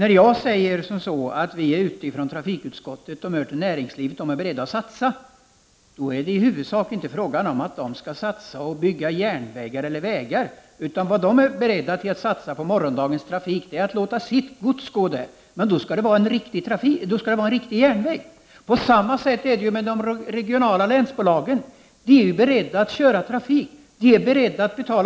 Trafikutskottet har vid möten med näringslivet kunnat konstatera att man inom näringslivet är beredd att satsa. Men det är i huvudsak inte fråga om att näringslivets satsningar skall gå till byggande av järnvägar och vägar, utan de satsningar som man inom näringslivet är beredd att göra i fråga om morgondagens trafik går ut på att låta transportera gods på dessa järnvägar. Men då skall det vara en riktig järnväg. Även de regionala länsbolagen är beredda att sätta in trafik och betala banavgifter.